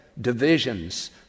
divisions